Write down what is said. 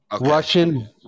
Russian